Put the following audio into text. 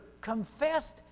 confessed